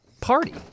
party